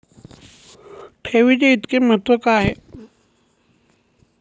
ठेवीचे इतके महत्व का आहे?